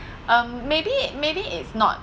um maybe maybe it's not